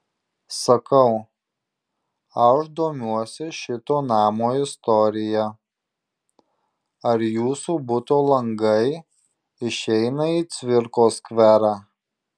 sakau aš domiuosi šito namo istorija ar jūsų buto langai išeina į cvirkos skverą